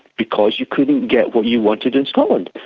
because you couldn't get what you wanted in scotland.